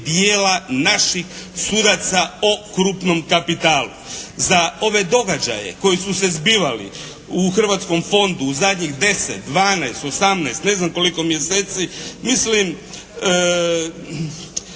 dijela naših sudaca o krupnom kapitalu. Za ove događaje koji su se zbivali u Hrvatskom fondu u zadnjih 10, 12, 18 ne znam koliko mjeseci, mislim